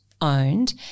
owned